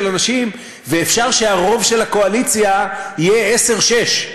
אנשים ואפשר שהרוב של הקואליציה יהיה 6:10,